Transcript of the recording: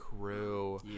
crew